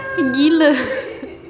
gila